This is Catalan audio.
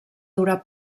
durar